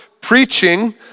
preaching